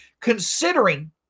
considering